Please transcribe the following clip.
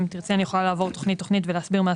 אם תרצי אני יכולה לעבור תכנית תכנית ולהסביר.